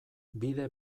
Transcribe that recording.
bide